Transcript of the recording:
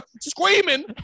screaming